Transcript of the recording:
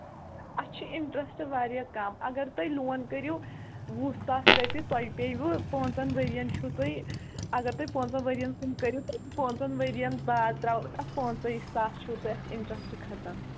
اَتھ چھُ اِنٹرَسٹ واریاہ کَم اَگر تُہۍ لون کٔرِو وُہ ساس رۄپیہِ تۄہہِ پیوٕ پانٛژَن ؤرۍیَن چھُو تۄہہِ اَگر تُہۍ پانٛژَن ؤرۍیَن ہُنٛد کٔرِو تہٕ پانژَن ؤرۍین باد درٛاو تَتھ پانژھٕے ساس چھِو تۄہہِ اِنٹرٛسٹ کھسان